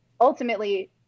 ultimately